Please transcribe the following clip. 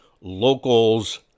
Locals